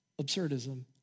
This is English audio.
absurdism